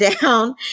down